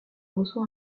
reçoit